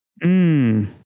Mmm